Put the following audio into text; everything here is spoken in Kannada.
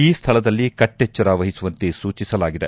ಈ ಸ್ಥಳದಲ್ಲಿ ಕಟ್ಟಿಚ್ಲರ ವಹಿಸುವಂತೆ ಸೂಚಿಸಲಾಗಿದೆ